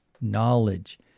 knowledge